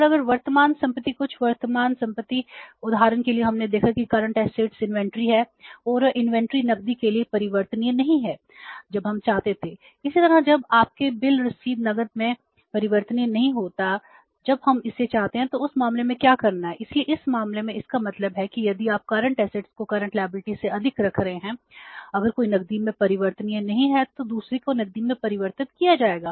और अगर वर्तमान संपत्ति कुछ वर्तमान संपत्ति उदाहरण के लिए हमने देखा है कि करंट असेट्स से अधिक रख रहे हैं अगर कोई नकदी में परिवर्तनीय नहीं है तो दूसरे को नकदी में परिवर्तित किया जाएगा